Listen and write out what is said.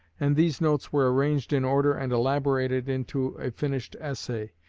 and these notes were arranged in order and elaborated into a finished essay,